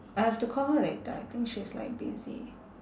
I have to call her later I think she's like busy